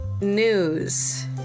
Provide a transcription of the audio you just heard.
news